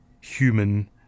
human